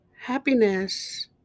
happiness